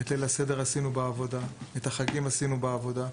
את ליל הסדר עשינו בעבודה, את החגים עשינו בעבודה.